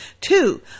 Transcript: Two